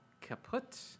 kaput